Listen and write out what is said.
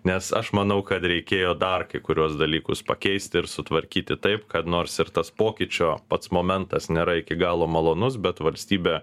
nes aš manau kad reikėjo dar kai kuriuos dalykus pakeisti ir sutvarkyti taip kad nors ir tas pokyčio pats momentas nėra iki galo malonus bet valstybė